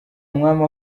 umwami